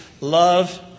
love